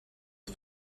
het